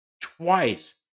twice